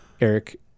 Eric